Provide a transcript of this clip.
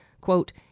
Quote